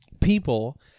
People